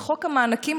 וחוק המענקים,